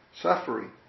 suffering